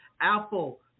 Apple